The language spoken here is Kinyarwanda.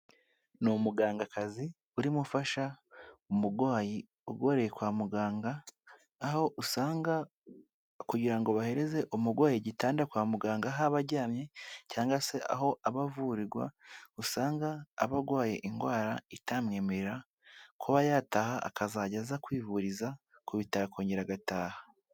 Ni umugangakazi urimo ufasha umurwayi urwariye kwa muganga, aho usanga kugira ngo bahereze umurwayi igitanda kwa muganga, aho aba aryamye cyangwa se aho aba avurirwa usanga aba arwaye indwara itamwemerera kuba yataha akazajya aza kwivuriza ku bitaro akongera agataha.